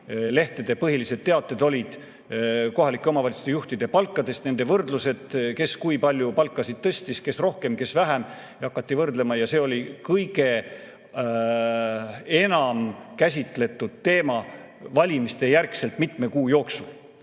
lehtede põhilised teated olid kohalike omavalitsuste juhtide palkadest: võrdlused, kes kui palju palkasid tõstis, kes rohkem, kes vähem. Hakati võrdlema ja see oli kõige enam käsitletud teema pärast valimisi mitme kuu jooksul.